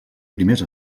primers